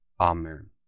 Amen